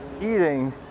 eating